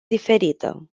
diferită